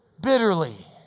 Bitterly